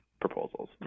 proposals